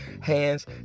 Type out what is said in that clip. hands